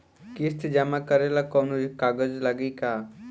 किस्त जमा करे ला कौनो कागज लागी का?